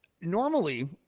normally